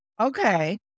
Okay